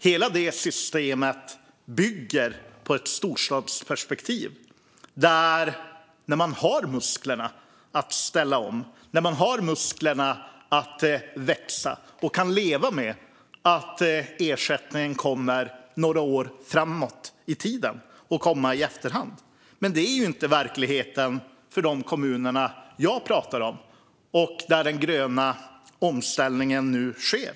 Hela det systemet bygger på ett storstadsperspektiv där man har musklerna att ställa om och kan växa och kan leva med att ersättningen kommer några år framåt i tiden och i efterhand. Det är inte verkligheten för de kommuner jag talar om där den gröna omställningen nu sker.